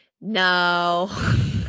no